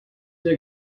der